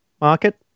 market